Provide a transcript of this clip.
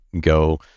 go